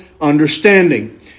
understanding